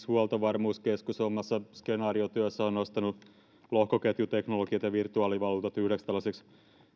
huoltovarmuuskeskus omassa skenaariotyössään on nostanut lohkoketjuteknologiat ja virtuaalivaluutat yhdeksi tällaiseksi